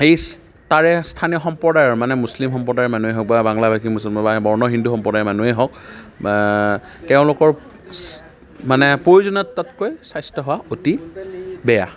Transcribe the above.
H তাৰে স্থানীয় সম্প্ৰদায়ৰ মানে মুছলিম সম্প্ৰদায়ৰ মানুহেই হওক বা বাংলাভাষী মুছলমান বা বৰ্ণ হিন্দু সম্প্ৰদায়ৰ মানুহেই হওক তেওঁলোকৰ মানে প্ৰয়োজনীয়তাতকৈ স্বাস্থ্যসেৱা অতি বেয়া